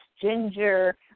ginger